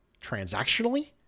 transactionally